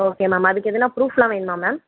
okay ma'am அதுக்கு எதன்னா ப்ரூஃப்லாம் வேணும்மா மேம்